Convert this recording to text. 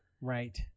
right